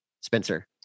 Spencer